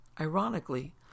Ironically